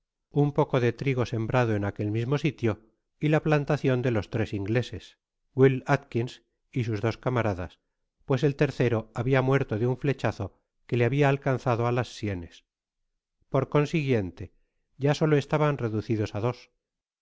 un poco de trigo sembrado en aquel mismo sitio y la plantacion deles tres ingleses will atkins y sus doscamaradas pues el tercero habia muerto de un flechazo que le habia alcanzado á las sienes por consiguiente ya solo estaban reducidos á dos